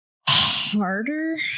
harder